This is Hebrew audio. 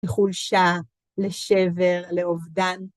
מחולשה, לשבר, לאובדן.